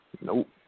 Nope